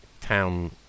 Town